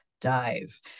dive